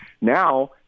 Now